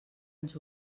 ens